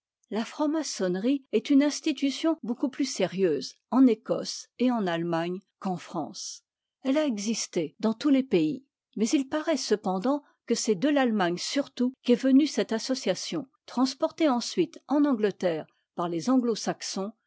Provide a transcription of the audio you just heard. la franc-maçonnerie est une institution beaucoup plus sérieuse en écosse et en allemagne qu'en france elle a existé dans tous les pays mais il parait cependant que c'est de l'allemagne surtout qu'est venue cette association transportée ensuite en angleterre par les anglo-saxons